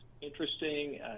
interesting